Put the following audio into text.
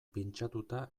pintxatuta